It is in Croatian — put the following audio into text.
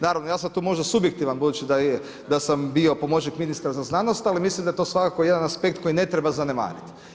Naravno, ja sam tu možda subjektivan budući da sam bio pomoćnik ministra za znanost, ali mislim da je to svakako jedan aspekt koji ne treba zanemariti.